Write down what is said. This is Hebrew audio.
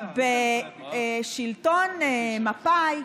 בשלטון מפא"י,